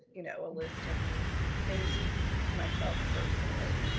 you know a list of things for myself, personally,